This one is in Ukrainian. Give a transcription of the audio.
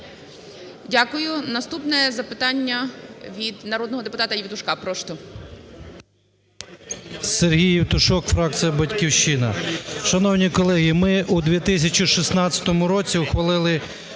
Дякую. Наступне запитання від народного депутата Євтушка, прошу. 16:14:24 ЄВТУШОК С.М. Сергій Євтушок, фракція "Батьківщина". Шановні колеги, ми у 2016 році ухвалили